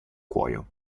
cuoio